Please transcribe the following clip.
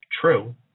true